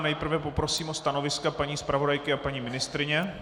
Nejprve poprosím o stanoviska paní zpravodajky a paní ministryně.